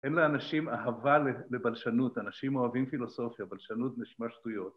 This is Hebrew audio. אין לאנשים אהבה ל... לבלשנות. אנשים אוהבים פילוסופיה, בלשנות נשמע שטויות.